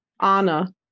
Anna